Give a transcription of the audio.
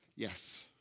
Yes